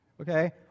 okay